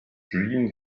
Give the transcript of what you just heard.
dream